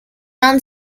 han